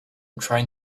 trying